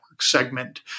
segment